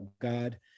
God